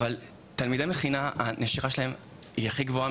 אבל הנשירה של תלמידי המכינה היא הכי גבוהה